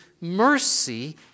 mercy